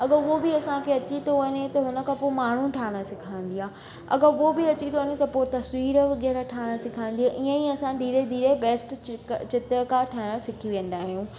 अगरि उहो बि असांखे अची थो वञे त उन खां पोइ माण्हू ठाहिणु सेखारींदी आहे अगरि उहो बि अची थो वञे त पोइ तस्वीर वग़ैरह ठाहिणु सेखारींदी आहे इअं ई असां धीरे धीरे बेस्ट चित चित्रकार ठहणु सिखी वेंदा आहियूं